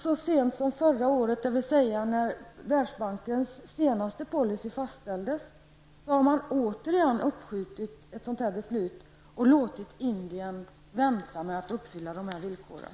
Så sent som förra året, dvs. när Världsbankens senaste policy fastställdes, sköt man återigen upp ett sådant här beslut och lät Indien vänta med att uppfylla villkoren.